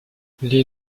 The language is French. les